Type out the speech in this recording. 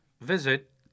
Visit